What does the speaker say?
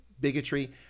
bigotry